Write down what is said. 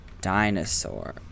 dinosaur